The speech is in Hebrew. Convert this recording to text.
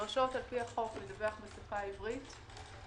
נדרשות לפי החוק לדווח בשפה העברית.